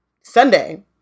Sunday